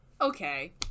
Okay